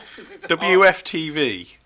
WFTV